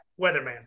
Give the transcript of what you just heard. weatherman